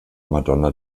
madonna